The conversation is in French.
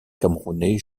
camerounais